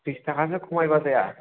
बिस थाखासो खमायबा जाया